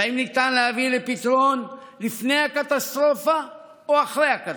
והאם ניתן להביא לפתרון לפני הקטסטרופה או אחרי הקטסטרופה.